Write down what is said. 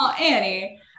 Annie